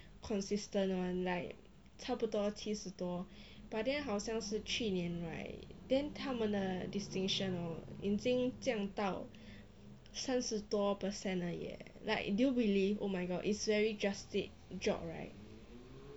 consistent [one] like 差不多七十多 but then 好像是去年 right then 他们的 then distinction hor 已经降到三十多 percent 而已 eh like do you believe oh my god it's very drastic job right